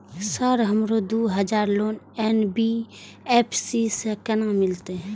Sir हमरो दूय हजार लोन एन.बी.एफ.सी से केना मिलते?